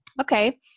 Okay